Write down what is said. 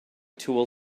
tool